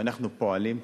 ואנחנו פועלים כך,